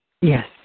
Yes